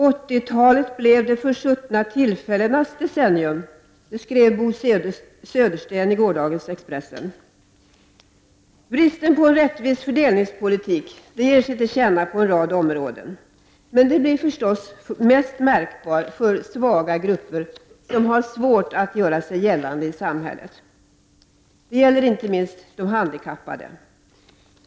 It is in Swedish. ”80-talet blev de försuttna tillfällenas decennium”, skrev Bo Södersten i gårdagens Expressen. Bristen på en rättvis fördelningspolitik ger sig till känna på en rad områden, men den blir förstås mest märkbar för svaga grupper som har svårt att göra sig gällande i samhället. Inte minst gäller detta de handikappade.